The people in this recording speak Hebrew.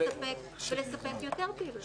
לבחור בפעילויות יותר זולות ולספק יותר פעילויות.